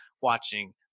watching